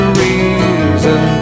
reason